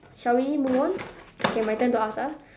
shall we move on okay my turn to ask ah